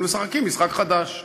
אבל משחקים משחק חדש.